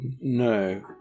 No